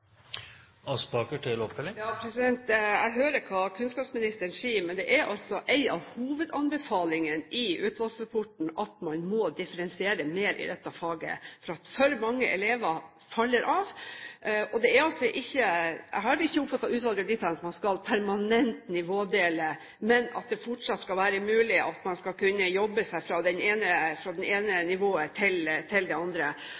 Jeg hører hva kunnskapsministeren sier, men det er altså en av hovedanbefalingene i utvalgsrapporten at man må differensiere mer i dette faget fordi for mange elever faller av. Jeg har ikke oppfattet utvalget dit hen at man permanent skal nivådele, men at det fortsatt skal være mulig at man skal kunne jobbe seg fra det ene nivået til det andre.